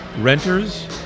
Renters